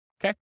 Okay